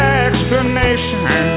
explanation